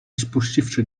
spuściwszy